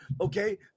Okay